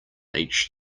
each